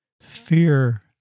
fear